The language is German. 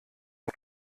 ein